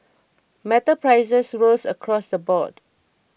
metal prices rose across the board